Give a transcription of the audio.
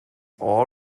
all